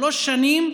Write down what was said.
שלוש שנים,